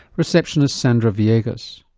receptionist sandra viegas.